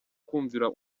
kumvira